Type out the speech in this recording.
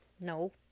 no